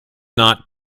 not